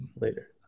Later